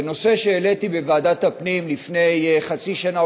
זה נושא שהעליתי בוועדת הפנים לפני חצי שנה,